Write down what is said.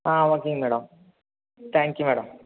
ah okay madam thank you madam